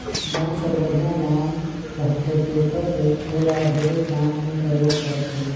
बांस हर बड़िहा लाम रहथे तेखर ले एला ढेरे काम मे परयोग करथे